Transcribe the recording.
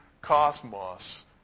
cosmos